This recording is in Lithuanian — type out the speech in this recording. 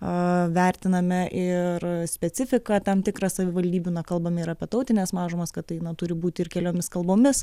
a vertiname ir specifiką tam tikrą savivaldybių kalbame ir apie tautines mažumas kad tai na turi būti ir keliomis kalbomis